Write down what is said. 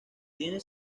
tiene